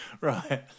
Right